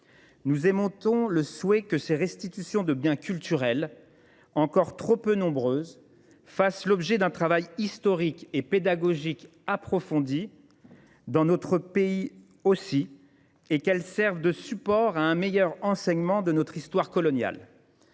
Nous aimons-t-on le souhait que ces restitutions de biens culturels, encore trop peu nombreuses, fassent l'objet d'un travail historique et pédagogique approfondi dans notre pays aussi et qu'elle serve de support à un meilleur enseignement de notre histoire coloniale.